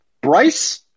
Bryce